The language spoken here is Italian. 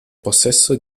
possesso